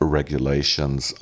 regulations